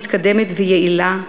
מתקדמת ויעילה,